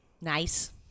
Nice